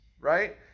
right